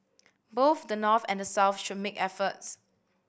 both the North and the South should make efforts